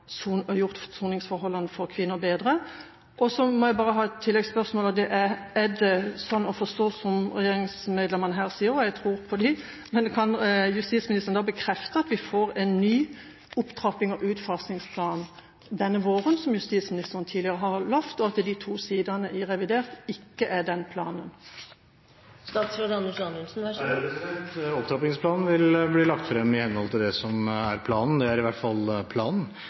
gjort soningsforholdene for kvinner bedre? Og er det sånn å forstå, som representanter fra regjeringspartiene her sier – og jeg tror på dem – og kan justisministeren bekrefte at vi får en ny opptrappings- og utfasingsplan denne våren, som justisministeren tidligere har lovt, og at de to sidene i revidert nasjonalbudsjett ikke er den planen? Opptrappingsplanen vil bli lagt frem i henhold til det som er planen. Det er i hvert fall planen.